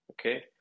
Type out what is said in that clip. Okay